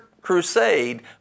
crusade